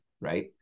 right